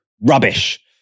rubbish